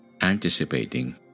anticipating